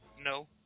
No